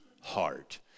heart